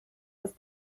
aus